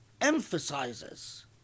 emphasizes